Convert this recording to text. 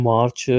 March